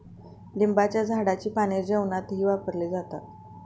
लिंबाच्या झाडाची पाने जेवणातही वापरले जातात